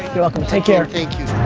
you're welcome, take care. thank you